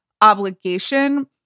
obligation